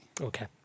Okay